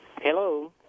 Hello